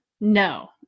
No